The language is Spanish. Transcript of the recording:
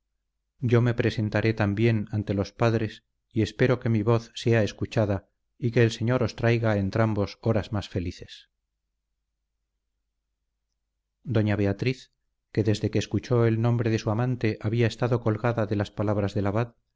yo me presentaré también ante los padres y espero que mi voz sea escuchada y que el señor os traiga a entrambos horas más felices doña beatriz que desde que escuchó el nombre de su amante había estado colgada de las palabras del abad